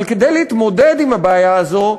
אבל כדי להתמודד עם הבעיה הזו,